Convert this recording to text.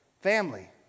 family